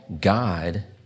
God